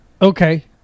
Okay